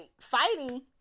fighting